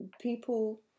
people